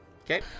Okay